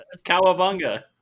cowabunga